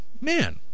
Man